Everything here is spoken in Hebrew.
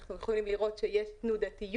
אנחנו יכולים לראות שיש תנודתיות,